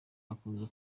hakunze